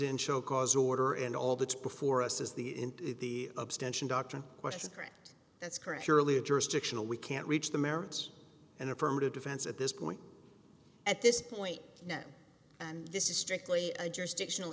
in show cause order and all that's before us is the in the abstention doctrine question correct that's correct surely a jurisdictional we can't reach the merits and affirmative defense at this point at this point no and this is strictly a jurisdictiona